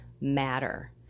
matter